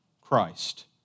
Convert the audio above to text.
Christ